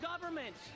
government